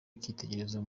icyitegererezo